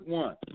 one